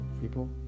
people